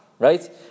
right